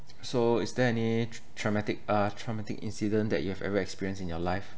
so is there any tr~ traumatic uh traumatic incident that you have ever experienced in your life